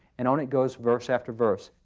and on it goes, verse after verse.